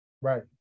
Right